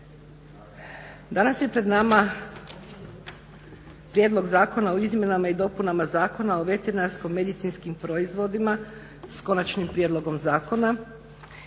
Danas je pred nama Prijedlog zakona o izmjenama i dopunama Zakona o veterinarsko-medicinskim proizvodima s konačnim prijedlogom zakona.